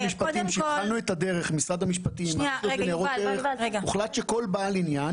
כשהתחלנו את התהליך עם הרשות לניירות ערך הוחלט שכל בעל עניין